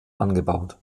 angebaut